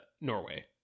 norway